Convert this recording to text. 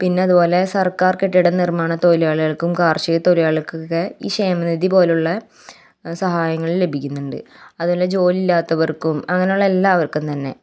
പിന്നതുപോലെ സർക്കാർ കെട്ടിടം നിർമ്മാണ തൊഴിലാളികൾക്കും കാർഷിക തൊഴിലാളികൾകൊക്കെ ഈ ക്ഷേമ നിധി പോലുള്ള സഹായങ്ങൾ ലഭിക്കുന്നുണ്ട് അതുപോലെ ജോലി ഇല്ലാത്തവർക്കും അങ്ങനെയുള്ള എല്ലാവർക്കും തന്നെ